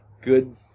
good